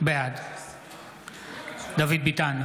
בעד דוד ביטן,